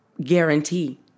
guarantee